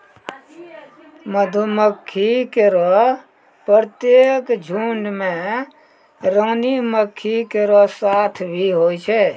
मधुमक्खी केरो प्रत्येक झुंड में रानी मक्खी केरो साथ भी होय छै